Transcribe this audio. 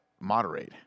moderate